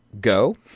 go